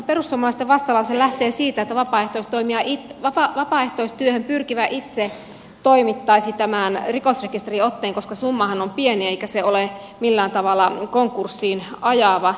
perussuomalaisten vastalause lähtee siitä että vapaaehtoistyöhön pyrkivä itse toimittaisi tämän rikosrekisteriotteen koska summahan on pieni eikä se ole millään tavalla konkurssiin ajava